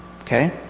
Okay